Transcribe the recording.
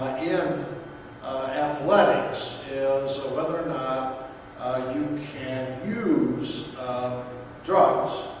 in athletics is whether or not you can use drugs.